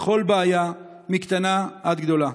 לכל בעיה, מקטנה ועד גדולה.